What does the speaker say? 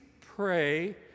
pray